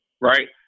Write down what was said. Right